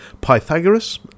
Pythagoras